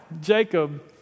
jacob